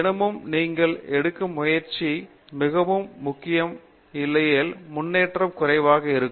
தினமும் நீங்கள் எடுக்கும் முயற்சி மிகவும் முக்கியம் இல்லையேல் முன்னேற்றம் குறைவாக இருக்கும்